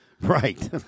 Right